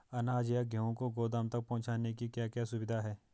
अनाज या गेहूँ को गोदाम तक पहुंचाने की क्या क्या सुविधा है?